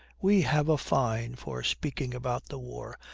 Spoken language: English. we have a fine for speaking about the war.